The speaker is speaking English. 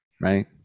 right